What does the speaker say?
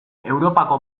europako